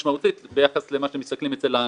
מה שאני מוכרחה לציין,